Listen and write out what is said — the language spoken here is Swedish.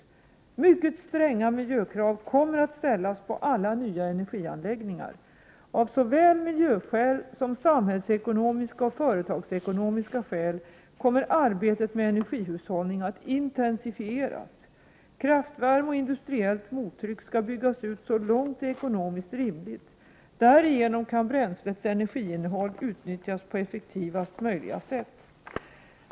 Mycket stränga miljökrav kommer att ställas på alla nya energianläggningar. Av såväl miljöskäl som samhällsekonomiska och företagsekonomiska skäl kommer arbetet med energihushållning att intensifieras. Kraftvärme och industriellt mottryck skall byggas ut så långt det är ekonomiskt rimligt. Därigenom kan bränslets energiinnehåll utnyttjas på effektivaste möjliga sätt.